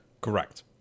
Correct